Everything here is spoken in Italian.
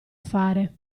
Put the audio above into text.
fare